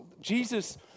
Jesus